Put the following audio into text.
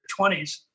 20s